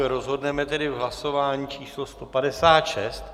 Rozhodneme tedy v hlasování číslo 156.